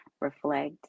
reflect